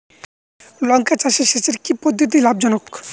লঙ্কা চাষে সেচের কি পদ্ধতি লাভ জনক?